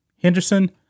Henderson